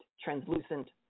translucent